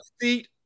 seat